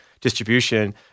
distribution